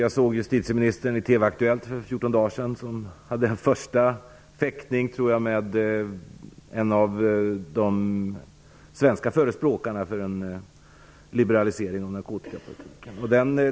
Jag såg att justitieministern hade en första fäktning med en av de svenska förespråkarna för en liberalisering av narkotikapolitiken i TV-Aktuellt för 14 dagar sedan.